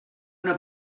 una